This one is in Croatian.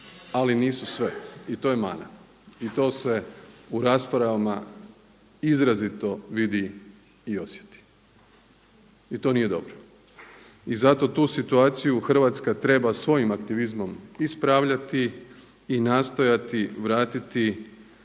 ali nisu sve i to je mana i to se u raspravama izrazito vidi i osjeti. I to nije dobro. I zato tu situaciju Hrvatska treba svojim aktivizmom ispravljati i nastojati vratiti